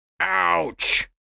Ouch